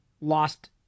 lost